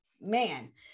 man